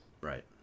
Right